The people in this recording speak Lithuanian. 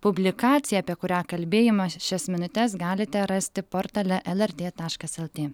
publikacija apie kurią kalbėjome šias minutes galite rasti portale lrt taškas lt